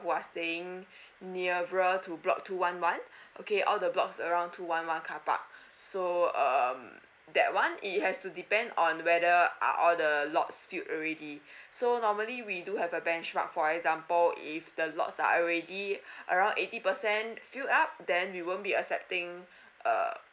was staying nearer to block two one one okay all the blocks around two one one carpark so um that one it has to depend on whether are all the lots filled already so normally we do have a benchmark for example if the lots are already around eighty percent filled up then we won't be accepting err